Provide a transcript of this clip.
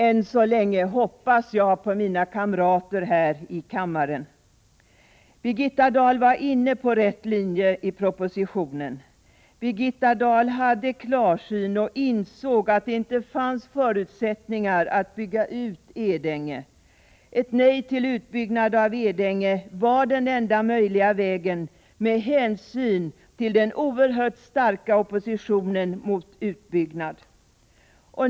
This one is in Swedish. Än så länge hoppas jag på mina kamrater här i kammaren. Birgitta Dahl var inne på rätt linje i propositionen. Birgitta Dahl hade klarsyn och insåg att det inte fanns förutsättningar att bygga ut Edänge. Ett nej till utbyggnaden av Edänge var den enda möjliga vägen med hänsyn till den oerhört starka oppositionen mot utbyggnad.